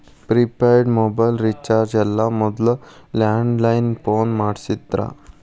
prepaid mobile recharge ಎಲ್ಲ ಮೊದ್ಲ landline phone ಮಾಡಸ್ತಿದ್ರು